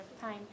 time